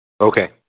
Okay